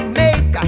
make